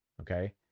okay